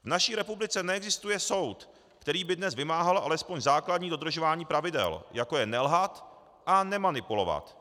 V naší republice neexistuje soud, který by dnes vymáhal alespoň základní dodržování pravidel, jako je nelhat a nemanipulovat.